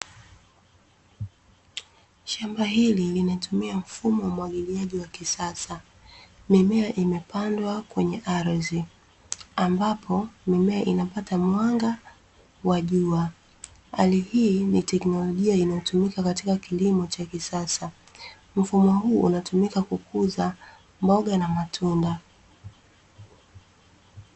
Shamba hili linatumia mfumo wa umwagiliaji wa kisasa. Mimea imepandwa kwenye ardhi, ambapo mimea inapata mwanga wa jua. Hali hii ni teknolojia inayotumika katika kilimo cha kisasa. Mfumo huu unatumika kukuza mboga na matunda.